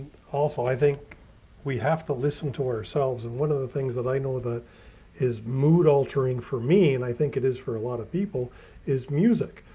also i think we have to listen to ourselves. and one of the things that i know that his mood altering for me, and i think it is for a lot of people is music.